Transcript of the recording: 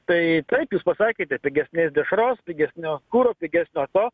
tai taip jūs pasakėte pigesnės dešros pigesnio kuro pigesnio to